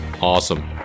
awesome